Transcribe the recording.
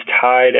tied